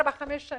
ארבע וחמש שנים